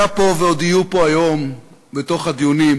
היה פה ועוד יהיו פה היום בתוך הדיונים,